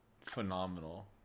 phenomenal